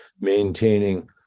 maintaining